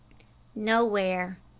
nowhere,